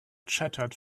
chattered